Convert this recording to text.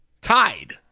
tied